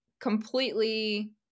completely